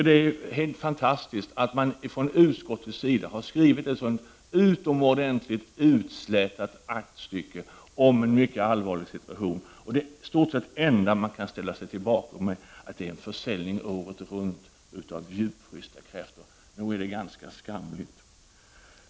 Det är helt fantastiskt att utskottsmajoriteten har skrivit ett så utomordentligt utslätat aktstycke om en mycket allvarlig situation och att i stort sett det enda som man kan ställa sig bakom är försäljning året runt av djupfrysta kräftor. Nog är det ganska skamligt.